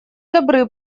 добры